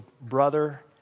brother